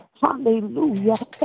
Hallelujah